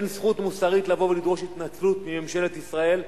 אין זכות מוסרית לבוא ולדרוש התנצלות מממשלת ישראל,